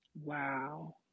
Wow